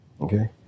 Okay